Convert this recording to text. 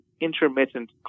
intermittent